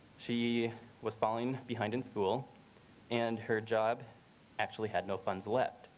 she was falling behind in school and her job actually had no funds left.